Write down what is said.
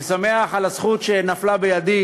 אני שמח על הזכות שנפלה בידי